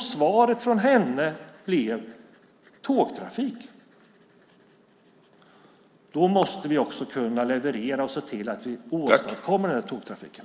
Svaret från henne blev: Tågtrafik. Då måste vi också kunna leverera och se till att vi åstadkommer tågtrafiken.